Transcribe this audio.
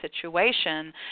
situation